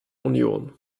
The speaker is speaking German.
union